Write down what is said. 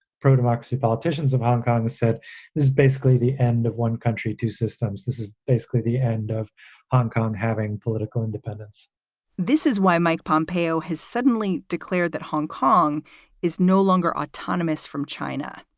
pro-democracy politicians of hong kong said this is basically the end of one country, two systems. this is basically the end of hong kong having political independence this is why mike pompeo has suddenly declared that hong kong is no longer autonomous from china.